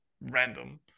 random